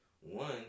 one